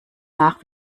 nach